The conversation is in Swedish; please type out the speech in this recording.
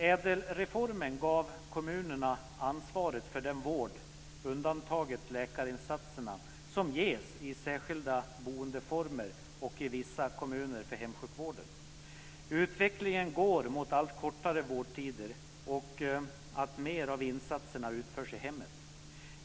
Ädelreformen gav kommunerna ansvaret för den vård, undantaget läkarinsatserna, som ges i särskilda boendeformer och i vissa kommuner för hemsjukvården. Utvecklingen går mot allt kortare vårdtider, och alltmer av insatserna utförs i hemmet.